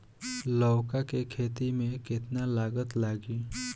लौका के खेती में केतना लागत लागी?